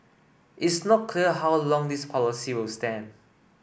it's not clear how long this policy will stand